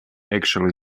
actually